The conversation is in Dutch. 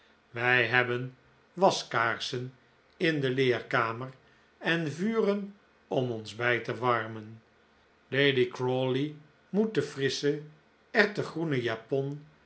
wij hebben waskaarsen in de leerkamer en vuren om ons bij te warmen lady crawley moet de frissche erwten groene japon